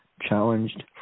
challenged